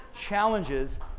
Challenges